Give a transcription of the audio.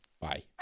Bye